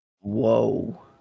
Whoa